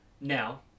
Now